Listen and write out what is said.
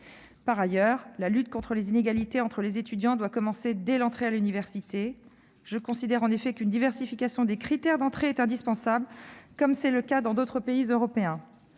Par ailleurs, la lutte contre les inégalités entre les étudiants doit commencer dès l'entrée à l'université. Je considère qu'une diversification des critères d'entrée est indispensable, comme c'est le cas dans d'autres pays européens.